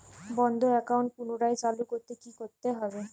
বন্ধ একাউন্ট পুনরায় চালু করতে কি করতে হবে?